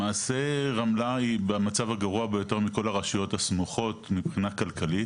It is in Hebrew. למעשה רמלה היא במצב הגרוע ביותר מכל הרשויות הסמוכות מבחינה כלכלית.